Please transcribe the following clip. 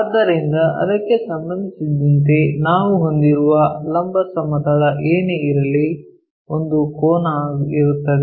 ಆದ್ದರಿಂದ ಅದಕ್ಕೆ ಸಂಬಂಧಿಸಿದಂತೆ ನಾವು ಹೊಂದಿರುವ ಲಂಬ ಸಮತಲ ಏನೇ ಇರಲಿ ಒಂದು ಕೋನ ಇರುತ್ತದೆ